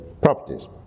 properties